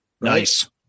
nice